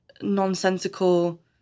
nonsensical